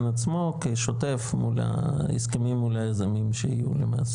עצמו כשותף מול ההסכמים מול היזמים שיהיו למעשה.